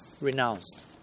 renounced